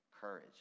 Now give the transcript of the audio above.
courage